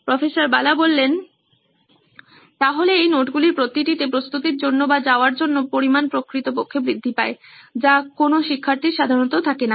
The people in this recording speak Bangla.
প্রফ্ বালা সুতরাং এই নোটগুলির প্রতিটিতে প্রস্তুতির জন্য বা যাওয়ার জন্য পরিমাণ প্রকৃতপক্ষে বৃদ্ধি পায় যা কোন শিক্ষার্থীর সাধারণত থাকে না